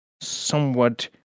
somewhat